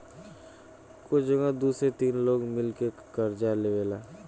कुछ जगह दू से तीन लोग मिल के कर्जा देवेला